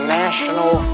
national